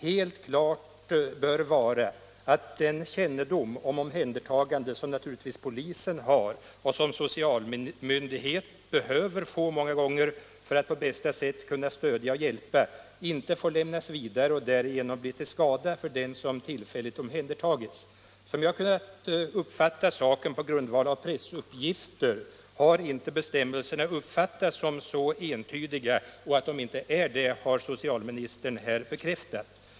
Helt klart bör vara att den kännedom om omhändertagande som naturligtvis polisen har och social myndighet behöver få för att på bästa sätt kunna stödja och hjälpa inte får lämnas vidare och därigenom bli till skada för den som tillfälligt omhändertagits. Som jag kunnat uppfatta saken på grundval av pressuppgifter har inte bestämmelserna kunnat uppfattas som tillräckligt entydiga. Socialministern har bekräftat detta.